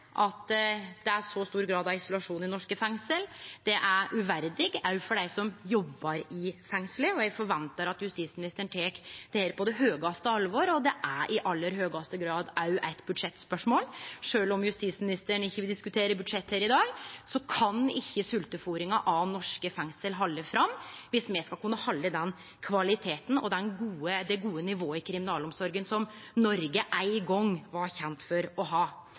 at det er så stor grad av isolasjon i norske fengsel. Det er uverdig òg for dei som jobbar i fengselet. Eg forventar at justisministeren tek dette på det høgaste alvor. Det er i aller høgaste grad òg eit budsjettspørsmål, og sjølv om justisministeren ikkje vil diskutere budsjett her i dag, kan ikkje sveltefôringa av norske fengsel halde fram viss me skal kunne halde den kvaliteten og det gode nivået i kriminalomsorga som Noreg ein gong var kjent for å ha.